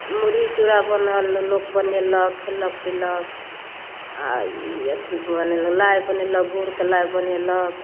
मुरही चूरा बनल लोक बनेलक खेलक पीलक आओर ई अथी बनेलक लाइ बनेलक गुड़के लाइ बनेलक